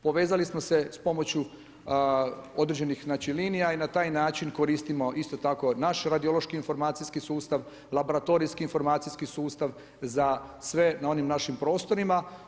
Povezali smo se s pomoću određenih linija i na taj način koristimo isto tako naš radiološki informacijski sustav, laboratorijski informacijski sustav za sve na onim našim prostorima.